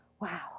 wow